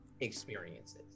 experiences